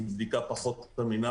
היא בדיקה פחות אמינה,